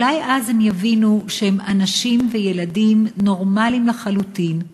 אולי אז הם יבינו שהם אנשים וילדים נורמליים לחלוטין,